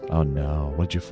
oh no, what'd you find?